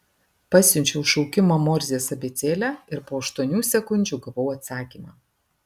pasiunčiau šaukimą morzės abėcėle ir po aštuonių sekundžių gavau atsakymą